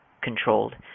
controlled